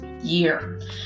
year